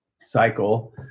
cycle